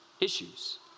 issues